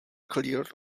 cleared